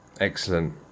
Excellent